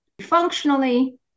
Functionally